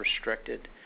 restricted